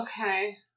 Okay